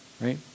right